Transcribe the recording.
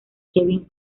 kevin